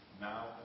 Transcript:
now